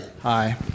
Hi